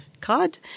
card